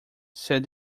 said